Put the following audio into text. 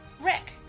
Rick